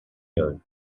here